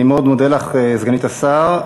אני מאוד מודה לך, סגנית השר.